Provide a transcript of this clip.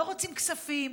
לא רוצים כספים,